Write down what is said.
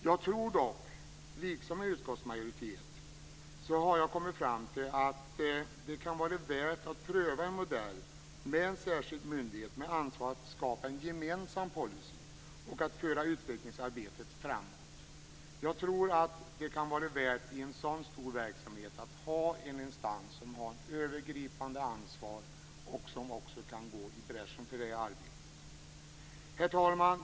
Jag har dock, liksom utskottsmajoriteten, kommit fram till att det kan vara värt att pröva en modell med en särskild myndighet med ansvar att skapa en gemensam policy och att föra utvecklingsarbetet framåt. Jag tror att det kan vara värt att i en sådan stor verksamhet ha en instans som har ett övergripande ansvar och som kan gå i bräschen för det arbetet. Herr talman!